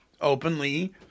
openly